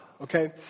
okay